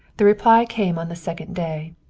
the reply came on the second day.